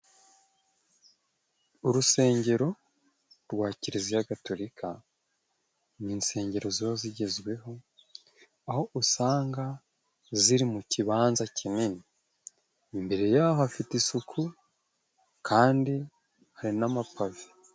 Urusengero rwa Kiliziya Gatolika ;ni insengero ziba zigezweho aho usanga ziri mu kibanza kinini imbere yaho hafite isuku, kandi hari n'amapave.